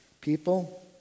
People